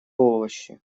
овощи